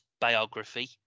biography